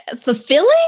fulfilling